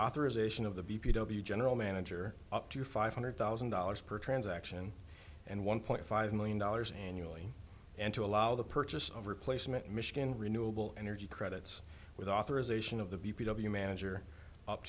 authorization of the b p w general manager up to five hundred thousand dollars per transaction and one point five million dollars annually and to allow the purchase of replacement michigan renewable energy credits with authorization of the b p w manager up